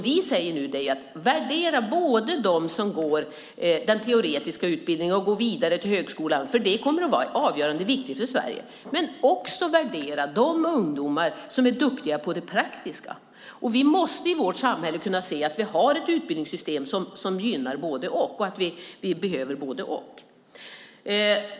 Vi säger: Värdera dem som går den teoretiska utbildningen och går vidare till högskolan, för de kommer att vara av avgörande vikt för Sverige, men värdera också de ungdomar som är duktiga på det praktiska! Vi måste i vårt samhälle kunna ha ett utbildningssystem som gynnar både och. Vi behöver både och.